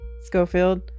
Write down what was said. Schofield